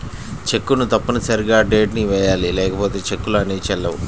చెక్కును తప్పనిసరిగా డేట్ ని వెయ్యాలి లేకపోతే చెక్కులు అనేవి చెల్లవు